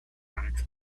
wax